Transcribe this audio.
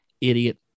idiot